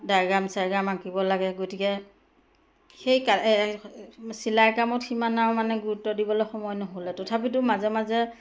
diagram চাইগ্ৰাম আঁকিব লাগে গতিকে সেই চিলাই কামত সিমানৰ মানে গুৰুত্ব দিবলৈ সময় নহ'লে তথাপিতো মাজে মাজে